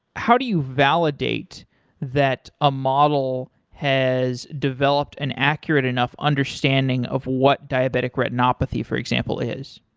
how do you validate that a model has developed an accurate enough understanding of what diabetic retinopathy for example is?